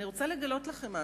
אני רוצה לגלות לכם משהו: